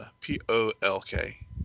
P-O-L-K